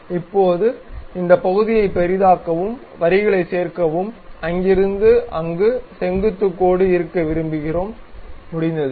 இப்போது இந்த பகுதியை பெரிதாக்கவும் வரிகளைச் சேர்க்கவும் அங்கிருந்து அங்கு செங்குத்து கோடு இருக்க விரும்புகிறோம் முடிந்தது